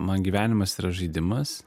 man gyvenimas yra žaidimas